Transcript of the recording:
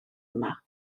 yma